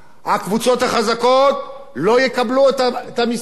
הקבוצות החזקות לא יקבלו את המסים,